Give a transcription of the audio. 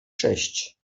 sześć